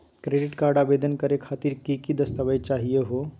Credit card आवेदन करे खातीर कि क दस्तावेज चाहीयो हो?